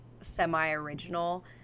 semi-original